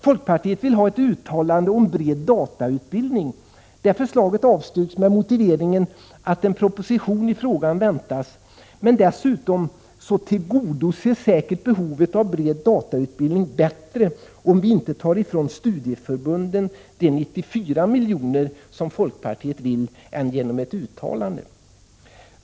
Folkpartiet vill även ha ett uttalande om en bred datautbildning. Det förslaget avstyrks med motiveringen att en proposition i frågan väntas. Dessutom tillgodoses säkert behovet av en bred datautbildning bättre än genom ett uttalande, om vi inte tar ifrån studieförbunden de 94 miljoner som folkpartiet vill ta.